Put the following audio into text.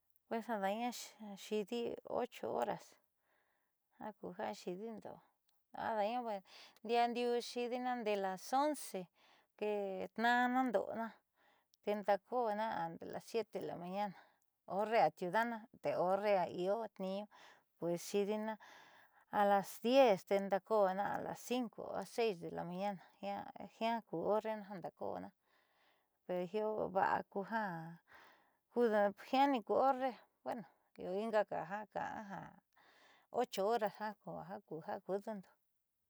Pues ada'aña xiidi ocho horas jaku ya xiidiindo ada'aña ndiaandiuu xiidiina ndee los once tee tna'anna nda'ana te ndaako'ona a las siete de la mañana horre atiudaana te horre io tniiñu pues xiidina a las diez tee ndaako'ona a las cinco o seis de la mañana jiaa ku horrena jandaako'ona io vaa ja kuja jiaani ku horre, bueno ingaka ja ka'aja ocho horas ku jiaa ja kuudoondo.